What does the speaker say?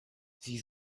sie